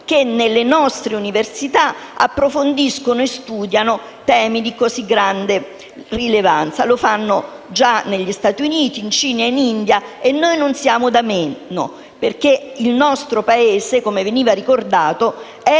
che nelle nostre università approfondiscono e studiano temi di così grande rilevanza. Lo fanno già negli Stati Uniti, in Cina e in India, e noi non siamo da meno, perché il nostro Paese, come veniva ricordato, è